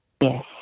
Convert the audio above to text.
Yes